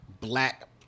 Black